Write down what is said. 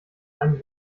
einen